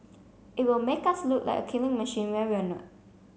it will make us look like a killing machine when we're not